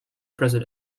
present